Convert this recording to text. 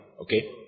okay